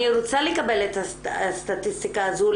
אני רוצה לקבל את הסטטיסטיקה הזו,